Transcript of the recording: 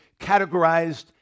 categorized